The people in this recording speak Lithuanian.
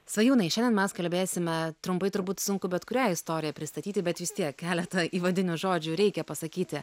svajūnai šiandien mes kalbėsime trumpai turbūt sunku bet kurią istoriją pristatyti bet vis tiek keletą įvadinių žodžių reikia pasakyti